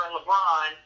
LeBron